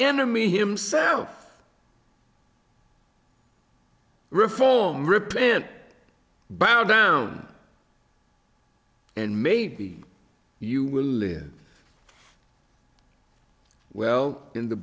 enemy himself reform repent bow down and maybe you will live well in the